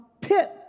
pit